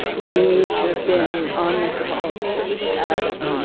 me to have been on the calls with and um